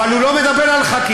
אבל הוא לא מדבר על חקיקה,